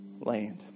land